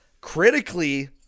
Critically